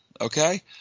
okay